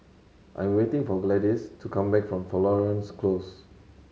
I am waiting for Gladys to come back from Florence Close